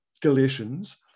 Galatians